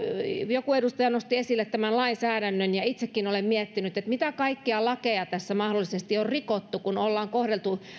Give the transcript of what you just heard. joku edustaja nosti esille tämän lainsäädännön ja itsekin olen miettinyt mitä kaikkia lakeja tässä mahdollisesti on rikottu kun ollaan kohdeltu